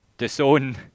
disown